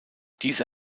diese